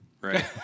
right